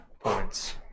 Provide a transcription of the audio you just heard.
Points